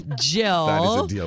Jill